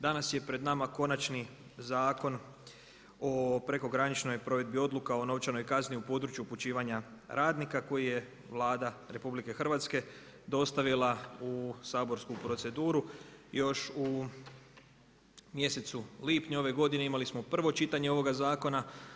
Danas je pred nama Konačni Zakon o prekograničnoj provedbi odluka o novčanoj kazni u području upućivanja radnika koji je Vlada RH dostavila u saborsku proceduru još u mjesecu lipnju ove godine imali smo prvo čitanje ovoga zakona.